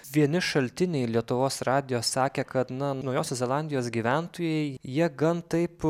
vieni šaltiniai lietuvos radijo sakė kad na naujosios zelandijos gyventojai jie gan taip